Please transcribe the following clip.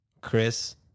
Chris